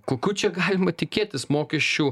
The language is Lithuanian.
kokių čia galima tikėtis mokesčių